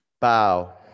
bow